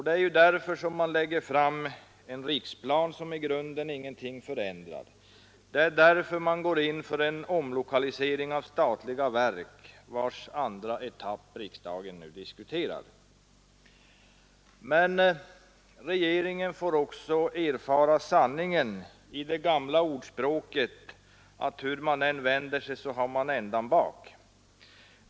Det är därför man lägger fram en riksplan som i grunden ingenting förändrar. Det är därför man går in för omlokalisering av statliga verk, vars andra etapp riksdagen nu diskuterar. Men regeringen får också erfara sanningen i det gamla ordspråket om att ”hur man än vänder sig har man ändan bak”.